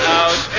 out